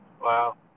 Wow